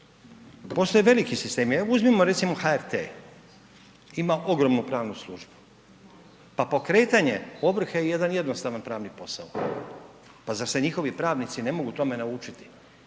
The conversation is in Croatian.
postoje veliki sistemi, uzmimo recimo HRT, ima ogromnu pravnu službu pa pokretanje ovrhe je jedan jednostavan pravni posao. Pa zar se njihovi pravnici ne mogu tome naučiti